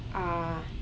uh